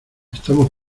estamos